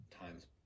times